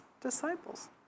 disciples